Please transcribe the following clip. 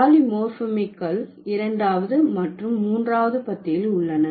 பாலிமோர்பிமிக்கள் இரண்டாவது மற்றும் மூன்றாவது பத்தியில் உள்ளன